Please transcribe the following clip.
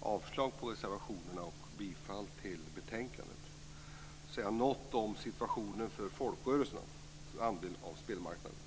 avslag på reservationerna och bifall till utskottets hemställan. Något om situationen för folkrörelsernas andel av spelmarknaden.